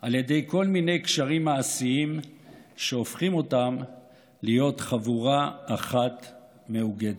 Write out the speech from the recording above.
על ידי כל מיני קשרים מעשיים שהופכים אותם להיות חבורה אחת מאוגדת.